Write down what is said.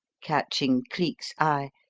catching cleek's eye,